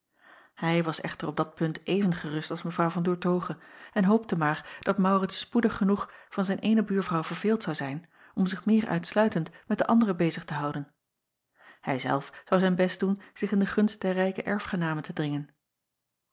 ij was echter op dat punt even gerust als w an oertoghe en hoopte acob van ennep laasje evenster delen maar dat aurits spoedig genoeg van zijn eene buurvrouw verveeld zou zijn om zich meer uitsluitend met de andere bezig te houden hij zelf zou zijn best doen zich in de gunst der rijke erfgename te dringen